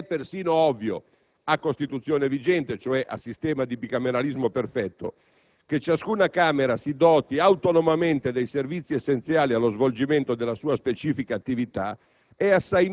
Se è persino ovvio che - a Costituzione vigente e cioè a sistema di bicameralismo perfetto - ciascuna Camera si doti autonomamente dei servizi essenziali allo svolgimento della sua specifica attività,